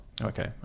okay